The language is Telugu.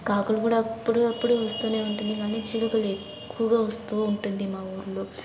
కాకులు కూడా అప్పుడప్పుడు వస్తు ఉంటుంది కానీ చిలుకలు ఎక్కువగా వస్తు ఉంటుంది మా ఊళ్ళో